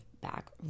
back